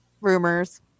rumors